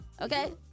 Okay